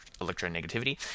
electronegativity